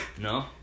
No